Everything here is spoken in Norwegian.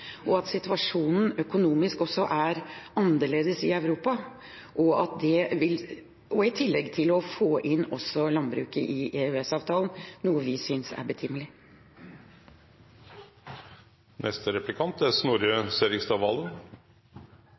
seg at det er kommet mange nye medlemsland, og at den økonomiske situasjonen også er annerledes i Europa, i tillegg til at man må få inn landbruket i EØS-avtalen, noe vi synes er betimelig.